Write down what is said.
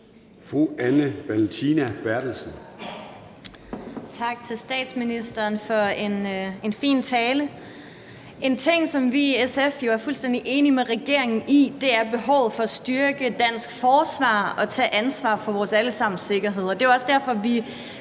Anne Valentina Berthelsen (SF): Tak til statsministeren for en fin tale. En ting, som vi i SF jo er fuldstændig enige med regeringen om, er behovet for at styrke dansk forsvar og tage ansvar for vores alle sammens sikkerhed, og det er jo også derfor, vi